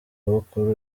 bukuru